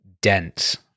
dense